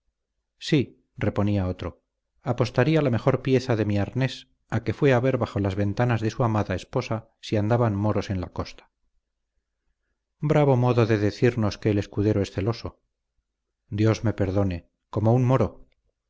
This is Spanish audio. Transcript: ver sí reponía otro apostaría la mejor pieza de mi arnés a que fue a ver bajo las ventanas de su amada esposa si andaban moros en la costa bravo modo de decirnos que el escudero es celoso dios me perdone como un moro